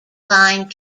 line